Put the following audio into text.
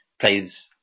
plays